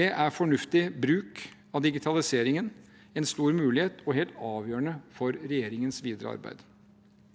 Det er fornuftig bruk av digitaliseringen, en stor mulighet og helt avgjørende for regjeringens videre arbeid.